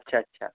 अच्छा अच्छा